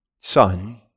Son